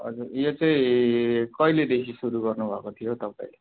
हजुर यो चाहिँ कहिलेदेखि सुरु गर्नुभएको थियो हौ तपाईँले